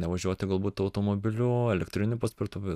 nevažiuoti galbūt automobiliu elektriniu paspirtuku